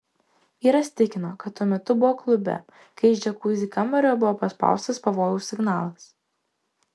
vyras tikino kad tuo metu buvo klube kai iš džiakuzi kambario buvo paspaustas pavojaus signalas